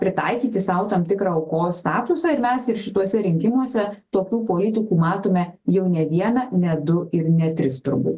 pritaikyti sau tam tikrą aukos statusą ir mes ir šituose rinkimuose tokių politikų matome jau ne vieną ne du ir ne tris turbūt